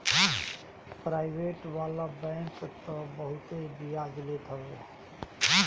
private वाला bank तअ बहुते बियाज लेत हवे